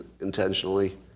intentionally